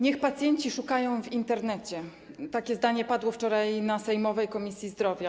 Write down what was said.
Niech pacjenci szukają w Internecie - takie zdanie padło wczoraj w sejmowej Komisji Zdrowia.